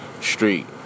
street